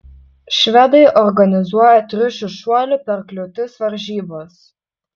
švedai organizuoja triušių šuolių per kliūtis varžybas